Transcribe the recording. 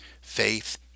Faith